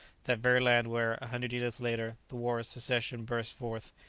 that very land where, a hundred years later, the war of secession burst forth,